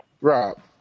Rob